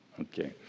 okay